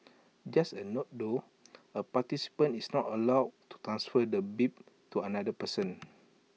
just A note though A participant is not allowed to transfer the bib to another person